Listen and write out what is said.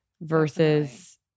versus